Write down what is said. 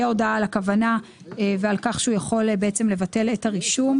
הודעה על הכוונה ועל כך שהוא יכול לבטל את הרישום.